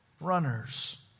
runners